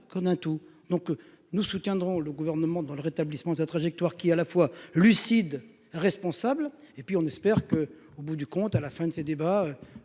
qu'on a tout, donc nous soutiendrons le gouvernement dans le rétablissement sa trajectoire qui à la fois lucides, responsable et puis on espère que, au bout du compte, à la fin de ces débats